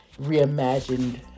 reimagined